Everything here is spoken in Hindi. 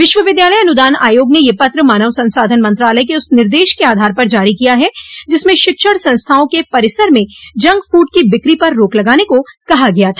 विश्वविद्यालय अनुदान आयोग ने यह पत्र मानव संसाधन मंत्रालय के उस निर्देश के आधार पर जारी किया है जिसमें शिक्षण संस्थाओं के परिसर में जंक फूड की बिक्री पर रोक लगाने को कहा गया था